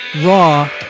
Raw